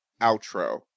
outro